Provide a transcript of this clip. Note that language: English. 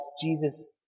Jesus